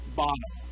bottom